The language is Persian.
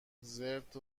زرت